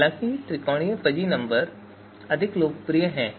हालांकि त्रिकोणीय fuzzy number अधिक लोकप्रिय हैं